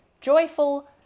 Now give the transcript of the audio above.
joyful